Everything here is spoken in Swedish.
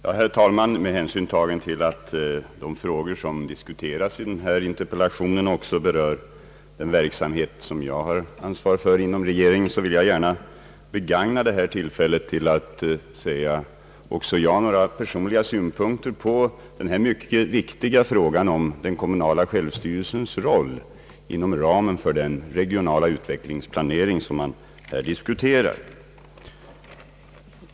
Herr talman! Med hänsyn till att de frågor som diskuteras i den här interpellationen också berör den verksamhet som jag har ansvar för inom regeringen, vill jag gärna begagna tillfället att lämna några personliga synpunkter på den mycket viktiga frågan om den kommunala självstyrelsens roll inom ramen för den regionala utvecklingsplaneringen.